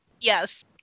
Yes